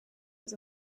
was